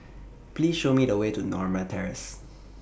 Please Show Me The Way to Norma Terrace